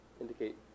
indicate